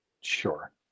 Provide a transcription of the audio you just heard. Sure